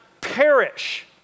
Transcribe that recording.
perish